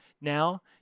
Now